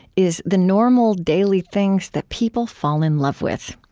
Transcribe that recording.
is the normal, daily things that people fall in love with.